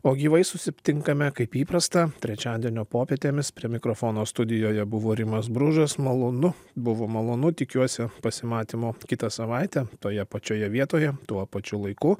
o gyvai susitinkame kaip įprasta trečiadienio popietėmis prie mikrofono studijoje buvo rimas bružas malonu buvo malonu tikiuosi pasimatymo kitą savaitę toje pačioje vietoje tuo pačiu laiku